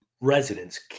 residents